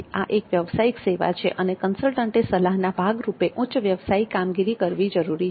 આ એક વ્યવસાયિક સેવા છે અને કન્સલ્ટન્ટે સલાહના ભાગરૂપે ઉચ્ચ વ્યવસાયિક કામગીરી કરવી જરૂરી છે